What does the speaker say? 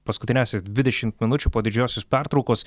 paskutiniąsias dvidešimt minučių po didžiosios pertraukos